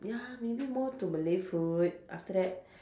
ya maybe more to Malay food after that